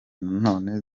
nanone